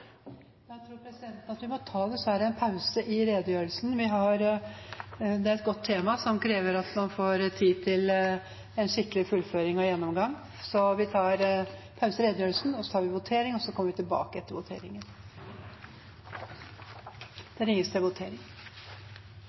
tror presidenten at vi dessverre må ta en pause i redegjørelsen. Det er et godt tema, som krever at man får tid til en skikkelig fullføring og gjennomgang. Det blir pause i redegjørelsen, så tar vi votering, og så kommer vi tilbake til redegjørelsen etter voteringen. Da er Stortinget klar til å gå til votering.